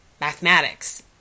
mathematics